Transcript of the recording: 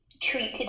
treated